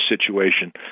situation